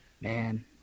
man